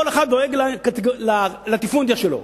כל אחד דואג ללטיפונדיה שלו.